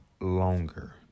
longer